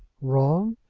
wrong!